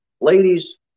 Ladies